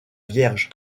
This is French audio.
vierge